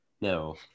no